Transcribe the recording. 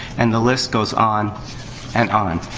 and the list goes on and on.